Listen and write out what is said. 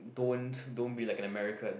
don't don't be like an American